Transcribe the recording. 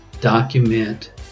document